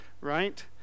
right